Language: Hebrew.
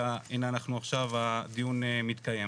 והנה עכשיו הדיון מתקיים.